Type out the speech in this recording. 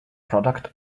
product